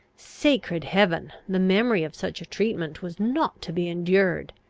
sacred heaven, the memory of such a treatment was not to be endured!